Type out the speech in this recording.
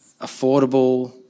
affordable